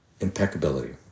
impeccability